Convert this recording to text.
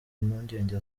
impungenge